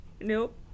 Nope